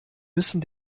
müssen